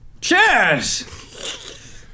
Cheers